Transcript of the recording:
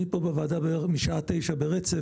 אני נמצא פה בוועדה בערך מהשעה תשע ברצף.